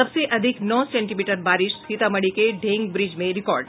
सबसे अधिक नौ सेंटीमीटर बारिश सीतामढ़ी के ढेंगब्रिज में रिकार्ड